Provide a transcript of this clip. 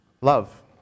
Love